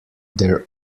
their